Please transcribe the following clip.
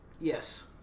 Yes